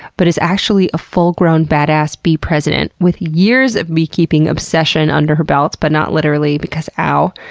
but is actually a full-grown badass bee president with years of beekeeping obsession under her belt, but not literally, because oww.